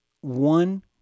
one